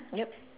yup